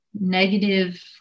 negative